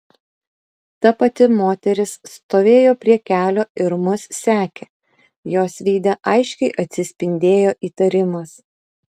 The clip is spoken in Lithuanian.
ta pati moteris stovėjo prie kelio ir mus sekė jos veide aiškiai atsispindėjo įtarimas